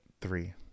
Three